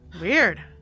Weird